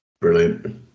Brilliant